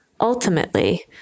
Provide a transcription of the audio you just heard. Ultimately